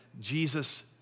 Jesus